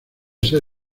ser